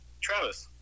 Travis